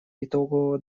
итогового